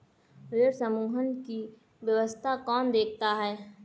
ऋण समूहन की व्यवस्था कौन देखता है?